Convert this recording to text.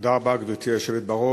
תודה רבה, גברתי היושבת-ראש.